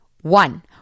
one